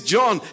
John